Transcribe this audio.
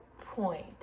point